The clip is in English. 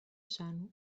son